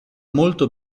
molto